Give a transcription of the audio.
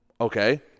Okay